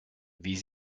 wie